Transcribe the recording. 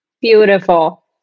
Beautiful